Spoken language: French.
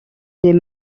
des